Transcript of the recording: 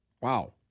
Wow